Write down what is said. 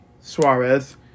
Suarez